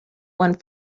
one